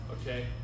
okay